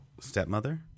stepmother